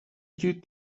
due